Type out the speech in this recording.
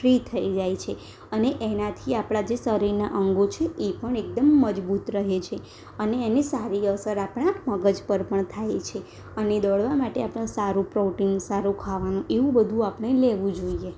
free થઈ જાય છે અને એનાથી આપળા જે શરીરના અંગો છે એ પણ એકદમ મજબૂત રહે છે અને એની સારી અસર આપણા મગજ પર પણ થાય છે અને દોડવા માટે આપણે સારું પ્રોટીન સારું ખાવાનું એવું બધું આપણે લેવું જોઈએ